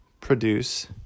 produce